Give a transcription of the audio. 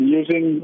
using